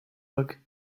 look